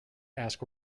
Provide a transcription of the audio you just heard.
ask